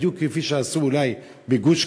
בדיוק כפי שעשו אולי בגוש-קטיף,